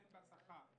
הן בשכר,